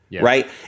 right